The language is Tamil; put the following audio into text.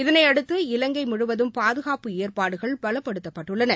இதனையடுத்து இலங்கை முழுவதும் பாதுகாப்பு ஏற்பாடுகள் பலப்படுத்தப்பட்டுள்ளன